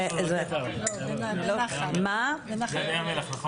זה בים המלח.